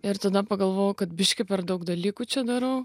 ir tada pagalvojau kad biškį per daug dalykų čia darau